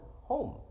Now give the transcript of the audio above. home